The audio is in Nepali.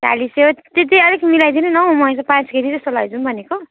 चालिस हो त्यो चाहिँ अलिक मिलाइदिनु न हौ मैदा पाँच केजी जस्तो लैजाऊँ भनेको